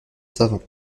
savants